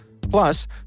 Plus